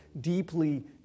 deeply